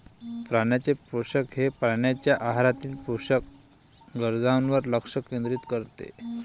प्राण्यांचे पोषण हे प्राण्यांच्या आहारातील पोषक गरजांवर लक्ष केंद्रित करते